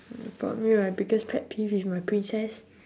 mm for me right biggest pet peeve is my princess